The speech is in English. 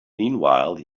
meanwhile